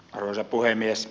arvoisa puhemies